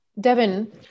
Devin